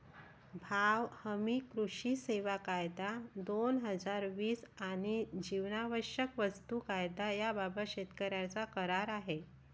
भाव हमी, कृषी सेवा कायदा, दोन हजार वीस आणि जीवनावश्यक वस्तू कायदा याबाबत शेतकऱ्यांचा करार आहे